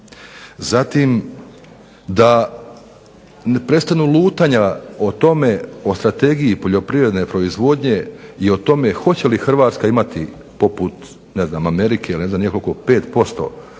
Zatim, da prestanu lutanja o tome, o strategiji poljoprivredne proizvodnje i o tome hoće li Hrvatska imati poput ne